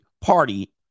party